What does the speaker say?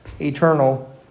eternal